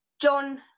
john